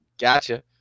gotcha